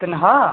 तनखाह्